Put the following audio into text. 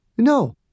No